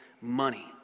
money